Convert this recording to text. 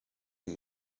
you